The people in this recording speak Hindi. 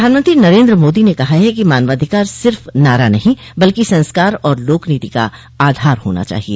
प्रधानमंत्री नरेन्द्र मोदी ने कहा है कि मानवाधिकार सिर्फ नारा नहीं बल्कि संस्कार और लोकनीति का आधार होना चाहिए